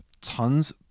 tons